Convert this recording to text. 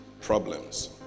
problems